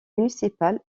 municipal